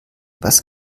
was